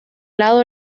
lado